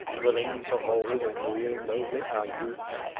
willing to hold and rule nobly our youths,